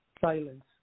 silence